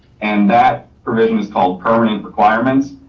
and that provision is called permanent requirements.